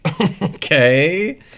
Okay